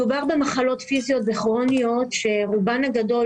מדובר במחלות פיזיות וכרוניות שרובן הגדול,